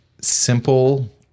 simple